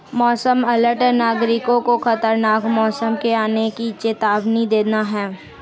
मौसम अलर्ट नागरिकों को खतरनाक मौसम के आने की चेतावनी देना है